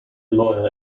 lawyer